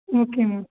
okay ma'am